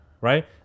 right